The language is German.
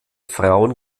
frauen